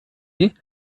sie